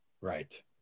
right